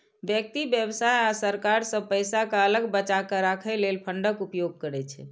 व्यक्ति, व्यवसाय आ सरकार सब पैसा कें अलग बचाके राखै लेल फंडक उपयोग करै छै